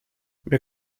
mir